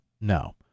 No